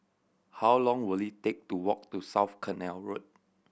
how long will it take to walk to South Canal Road